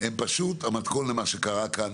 הם המתכון למה שקרה כאן,